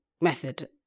method